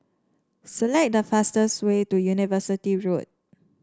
select the fastest way to University Road